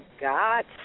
God